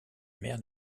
mère